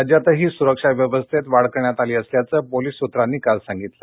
राज्यातह मुरक्षा व्यवस्थेत वाढ करण्यात आल्याचं पोलवि सूत्रांनाकाल सांगितलं